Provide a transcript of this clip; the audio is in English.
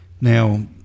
Now